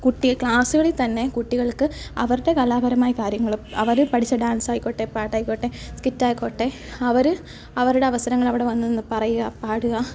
ക്ലാസ്സുകളിൽ തന്നെ കുട്ടികൾക്ക് അവരുടെ കലാപരമായ കാര്യങ്ങളും അവർ പഠിച്ച ഡാൻസ് ആയിക്കോട്ടെ പാട്ടായിക്കോട്ടെ സ്കിറ്റ് ആയിക്കോട്ടെ അവർ അവരുടെ അവസരങ്ങൾ അവിടെ വന്നുനിന്ന് പറയുക പാടുക